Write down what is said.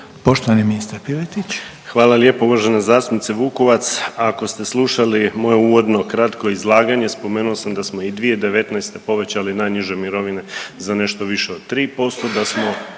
Marin (HDZ)** Hvala lijepo uvažena zastupnice Vukovac, ako ste slušali moje uvodno kratko izlaganje spomenuo sam da smo i 2019. povećali najniže mirovine za nešto više od 3%,